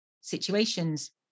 situations